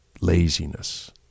laziness